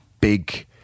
big